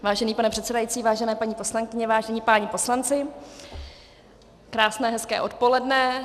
Vážený pane předsedající, vážené paní poslankyně, vážení páni poslanci, krásné, hezké odpoledne.